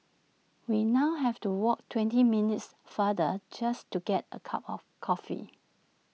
we now have to walk twenty minutes farther just to get A cup of coffee